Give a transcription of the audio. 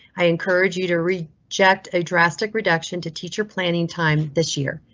i encourage you to reject a drastic reduction to teacher planning time this year.